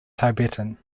tibetan